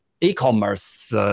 E-commerce